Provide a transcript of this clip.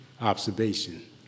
observation